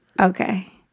Okay